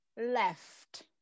left